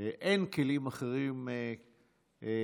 אין כלים אחרים לאופוזיציה,